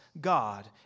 God